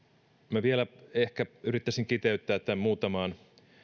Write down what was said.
minä vielä ehkä yrittäisin kiteyttää muutamaan